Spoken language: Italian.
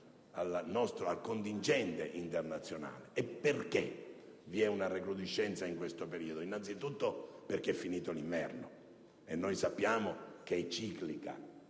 al contingente internazionale. Perché vi è una recrudescenza in questo periodo? Innanzitutto, perché è finito l'inverno, e noi sappiamo che questa